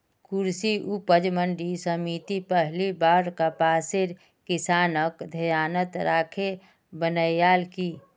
कृषि उपज मंडी समिति पहली बार कपासेर किसानक ध्यानत राखे बनैयाल की